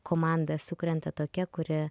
komanda sukrenta tokia kuri